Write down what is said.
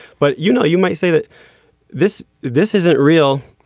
but you know you might say that this this isn't real.